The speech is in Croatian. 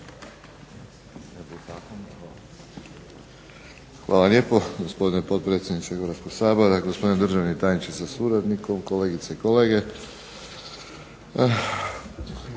Hvala lijepo. Gospodine potpredsjedniče Hrvatskog sabora, gospodine državni tajniče sa suradnikom, kolegice i kolege.